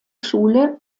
schule